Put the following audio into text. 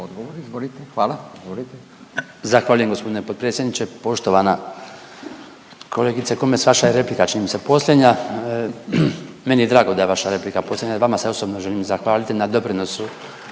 Izvolite. **Bačić, Branko (HDZ)** Zahvaljujem g. potpredsjedniče. Poštovana kolegice Komes, vaša je replika čini mi se posljednja, meni je drago da je vaša posljednja jer vama se osobno želim zahvaliti na doprinosu